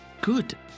Good